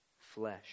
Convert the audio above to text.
flesh